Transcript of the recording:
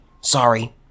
sorry